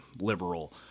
liberal